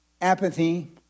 apathy